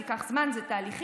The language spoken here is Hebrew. זה ייקח זמן, זה תהליכי.